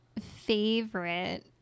favorite